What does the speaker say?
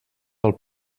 del